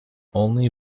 only